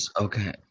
Okay